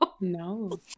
No